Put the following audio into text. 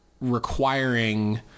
requiring